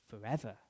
forever